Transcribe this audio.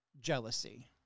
jealousy